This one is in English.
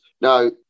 Now